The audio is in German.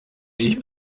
ich